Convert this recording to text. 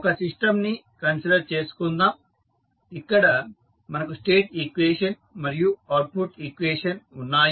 ఒక సిస్టం ని కన్సిడర్ చేసుకుందాం ఇక్కడ మనకు స్టేట్ ఈక్వేషన్ మరియు అవుట్పుట్ ఈక్వేషన్ ఉన్నాయి